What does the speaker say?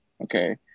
okay